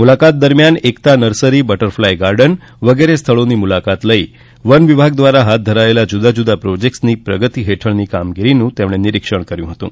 મુલાકાત દરમિયાન Ekta nursery butterfly garden cactus garden વગેરે સ્થળોની મુલાકાત લઈ વન વિભાગ દ્વારા હાથ ધરાયેલ જુદા જુદા પ્રોજેકટસ અંતર્ગત પ્રગતિ હેઠળની કામગીરીનું તેમણે નિરીક્ષણ કર્યુ હતું